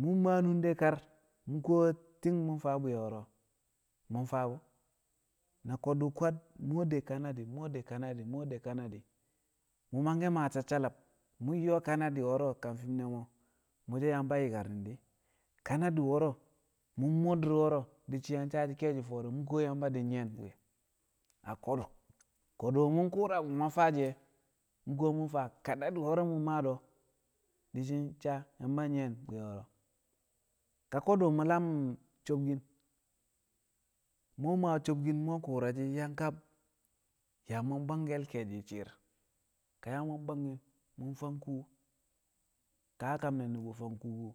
mu̱ maa nunde kar mu̱ kuwo ti̱ng mu̱ faa bwi̱ye̱ wo̱ro̱ mu̱ faa bu̱ na ko̱du̱ kwad mu̱ we̱ de kanadi̱ mu̱ we̱ de kanadi̱ mu̱ we̱ de kanadi̱ mu̱ mangke̱ maa sassalab yo̱o̱ kanadi̱ wo̱ro̱ a kam fi̱m ne̱ mo̱ mu̱ so̱ Yamba yi̱karni̱n kanadɪ wo̱ro̱ mu̱ mo- dir wo̱ro̱ di̱ shi̱ yang sa ke̱e̱shi̱ fọo̱re̱ mu̱ kuwo Yamba di̱ nyi̱ye̱n bwi̱ye̱ a ko̱du̱ ko̱du̱ mu̱ ku̱u̱ra bu̱ mu̱ yang faa shi̱ e̱ mu̱ kuwo mu̱ faa kanadi̱ wo̱ro̱ mu̱ maa do̱ di̱ shi̱ sa Yamba nyɪye̱n bwi̱ye̱ wo̱ro̱ a ko̱du̱ mu̱ lam sobkin mu̱ we̱ maa sobkin mu̱ we̱ ku̱u̱ra shi̱ yang kab yaa mu̱ yang bwangke̱l ke̱e̱shi̱ shi̱i̱r ka yaa mu̱ yang bwangki̱n mu̱ fang kuu ka a kam ne̱ nu̱bu̱ fang kuuku